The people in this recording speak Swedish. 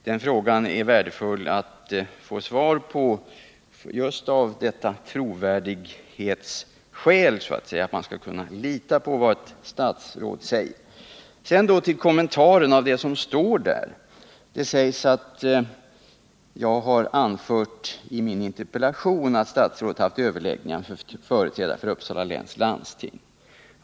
Den frågan vore det värdefullt att få svar på just av trovärdighetsskäl — man skall ju kunna lita på vad ett statsråd säger. Sedan vill jag kommentera det som sägs i interpellationssvaret. Statsrådet säger nämligen att jag i min interpellation har anfört att statsrådet haft en överläggning med företrädare för Uppsala läns landsting.